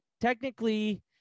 Technically